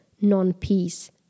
non-peace